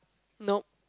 nope